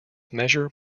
measure